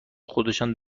خودشان